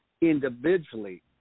individually